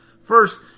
First